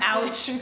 Ouch